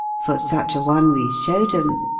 for such a one we shew'd em